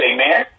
Amen